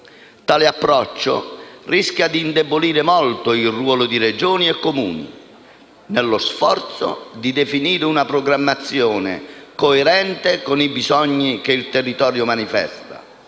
Tale approccio rischia di indebolire molto il ruolo di Regioni e Comuni nello sforzo di definire una programmazione coerente con i bisogni che il territorio manifesta.